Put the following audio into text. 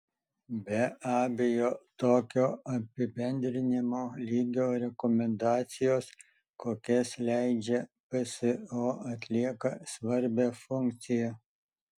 be abejo tokio apibendrinimo lygio rekomendacijos kokias leidžia pso atlieka svarbią funkciją